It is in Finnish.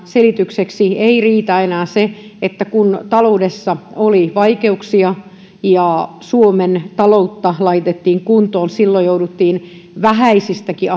selitykseksi ei riitä enää se että kun taloudessa oli vaikeuksia ja suomen taloutta laitettiin kuntoon silloin jouduttiin vähäisistäkin